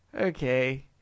okay